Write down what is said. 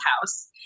house